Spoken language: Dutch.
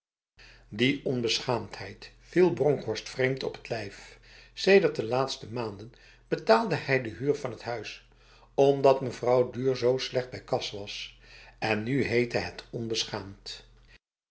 die onbeschaamdheid viel bronkhorst vreemd op het lijf sedert de laatste maanden betaalde hij de huur van het huis omdat mevrouw duhr zo slecht bij kas was en nu heette het